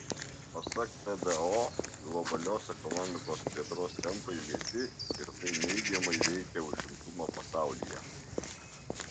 pasak tdo globalios ekonomikos plėtros tempai lėti ir tai neigiamai veikia užimtumą pasaulyje